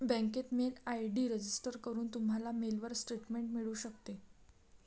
बँकेत mail ID register करून, तुम्हाला मेलवर स्टेटमेंट मिळू शकते